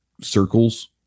circles